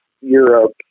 Europe